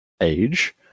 age